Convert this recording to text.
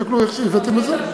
תסתכלו איך הבאתם את זה.